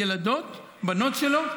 ילדות, בנות שלו?